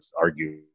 argue